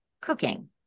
cooking